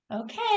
okay